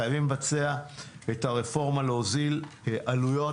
חייבים לבצע את הרפורמה, להוזיל עלויות.